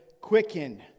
quicken